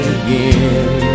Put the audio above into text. again